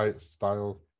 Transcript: style